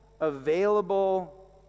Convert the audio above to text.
available